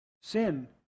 sin